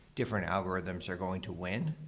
different algorithms are going to win.